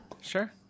Sure